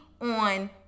on